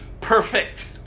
perfect